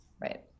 Right